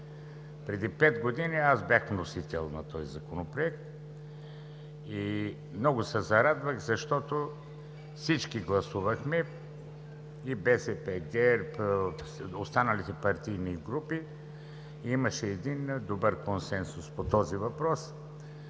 Преди пет години аз бях вносител на този законопроект и много се зарадвах, защото всички гласувахме – и БСП, и ГЕРБ, и останалите парламентарни групи, имаше един добър консенсус по този въпрос.